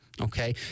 okay